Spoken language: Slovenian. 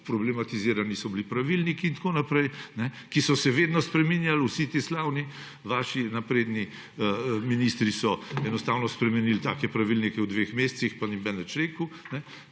problematizirani so bili pravilniki in tako naprej, ki so se vedno spreminjali, vsi ti vaši slavni, napredni ministri so enostavno spremenil take pravilnike v dveh mesecih, pa ni nihče